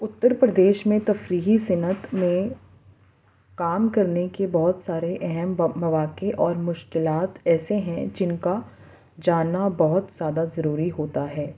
اُتّرپردیش میں تفریحی صنعت میں کام کرنے کے بہت سارے اہم مواقع اور مشکلات ایسے ہیں جن کا جاننا بہت زیادہ ضروری ہوتا ہے